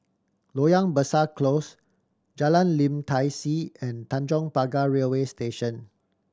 Loyang Besar Close Jalan Lim Tai See and Tanjong Pagar Railway Station